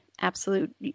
absolute